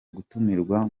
gutumirwa